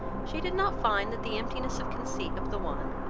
she did not find that the emptiness of conceit of the one,